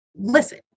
listen